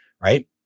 right